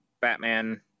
Batman